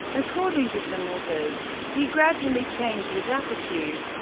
according to some authors, he gradually changed his attitude.